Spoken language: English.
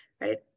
right